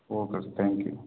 okay thank you